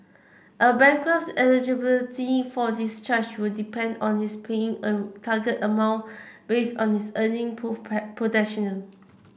a bankrupt's eligibility for discharge will depend on his paying a target amount based on his earning potential